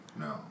No